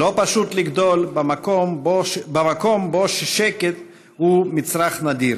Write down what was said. לא פשוט לגדול במקום שבו שקט הוא מצרך נדיר,